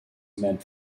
meant